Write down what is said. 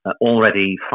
Already